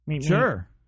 Sure